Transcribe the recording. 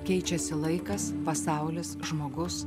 keičiasi laikas pasaulis žmogus